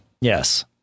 Yes